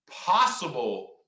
possible